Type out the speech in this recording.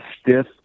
stiff